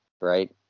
Right